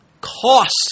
costs